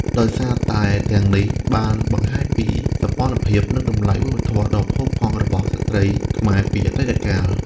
ដោយសារតែទាំងនេះបានបង្ហាញពីសោភ័ណភាព និងតម្លៃវប្បធម៌ដ៏ផូរផង់របស់ស្ត្រីខ្មែរពីអតីតកាល។